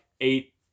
eight